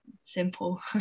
Simple